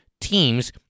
teams